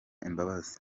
imbabazi